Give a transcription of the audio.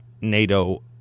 NATO